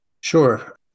Sure